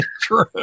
true